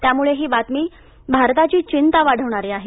त्यामुळे ही बातमी भारताची चिंता वाढवणारी आहे